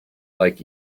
like